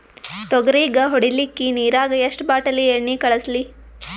ತೊಗರಿಗ ಹೊಡಿಲಿಕ್ಕಿ ನಿರಾಗ ಎಷ್ಟ ಬಾಟಲಿ ಎಣ್ಣಿ ಕಳಸಲಿ?